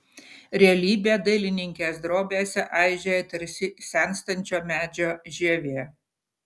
realybė dailininkės drobėse aižėja tarsi senstančio medžio žievė